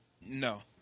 No